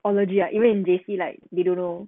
oh legit ah even in J_C like they don't know